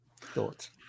thoughts